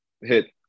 hit